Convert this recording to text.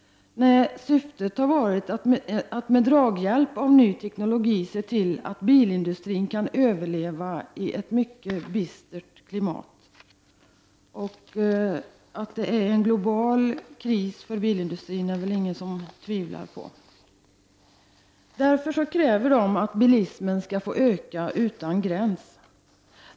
Nej, syftet har varit att med draghjälp av ny teknologi se till att bilindustrin kan överleva i ett mycket bistert klimat. Att det råder global kris för bilindustrin är det väl ingen som tvivlar på. Därför kräver industrin att bilismen skall få öka utan gräns.